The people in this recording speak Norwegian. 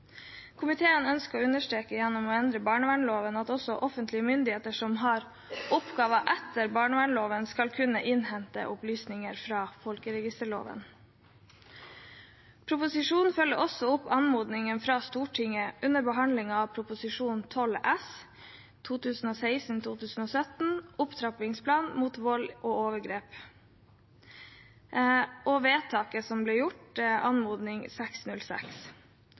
Komiteen ønsker å understreke gjennom å endre barnevernloven at også offentlige myndigheter som har oppgaver etter barnevernloven, skal kunne innhente opplysninger fra folkeregisterloven. Proposisjonen følger også opp anmodningen fra Stortinget under behandlingen av Prop. 12 S for 2016–2017, Opptrappingsplan mot vold og overgrep , og vedtaket som ble gjort, anmodning